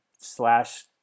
slash